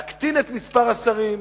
להקטין את מספר השרים,